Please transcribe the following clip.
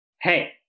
Hey